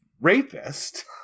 rapist